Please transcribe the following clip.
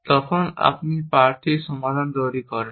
তখন আপনি প্রার্থীর সমাধান তৈরি করেন